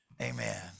Amen